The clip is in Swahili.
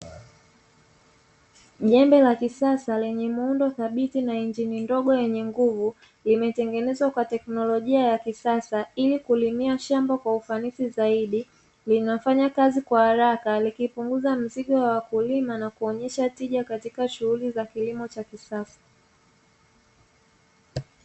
Jembe la kisasa lenye muundo thabiti na injini ndogo yenye nguvu, limetengenezwa kwa teknolojia ya kisasa ili kulimia shamba kwa ufanisi zaidi. Linafanya kazi kwa haraka likipunguza mzigo wa wakulima na kuwaonyesha tija katika shughuli za kilimo cha kisasa.